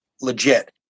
legit